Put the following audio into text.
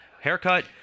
haircut